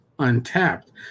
Untapped